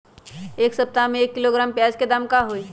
एक सप्ताह में एक किलोग्राम प्याज के दाम का होई?